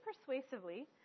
persuasively